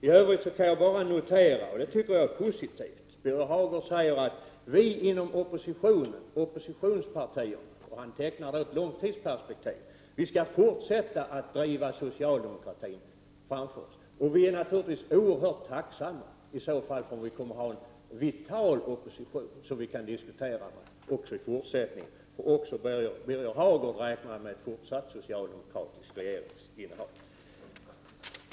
I övrigt tycker jag att det är positivt att Birger Hagård sade att oppositionspartierna — han tecknade ett långtidsperspektiv — skall fortsätta att driva socialdemokratin framför sig. Vi är naturligtvis oerhört tacksamma om vi kommer att ha en vital opposition som vi kan diskutera med också i fortsättningen. Jag noterade att också Birger Hagård räknar med fortsatt socialdemokratiskt regeringsinnehav.